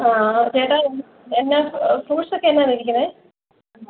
ആ ചേട്ടാ എന്നാ ഫ്രൂട്ട്സൊക്കെ എന്താണ് ഇരിക്കുന്നത്